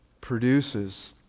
produces